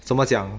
怎么讲